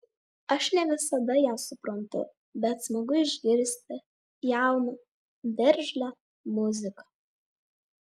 aš ne visada ją suprantu bet smagu išgirsti jauną veržlią muziką